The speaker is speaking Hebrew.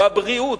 בבריאות,